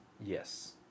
Yes